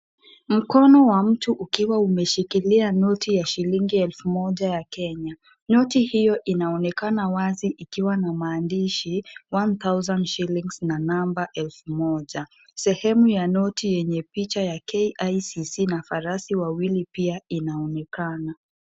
Mkono wa mtu ukiwa ameshikilia noti ya shilingi elfu moja ya Kenya. Noti hiyo inaonekana wazi ikiwa na maandishi one thousand shillings na namba 1000. Sehemu ya noti yenye picha ya KICC na farasi wawili pia inaonekana.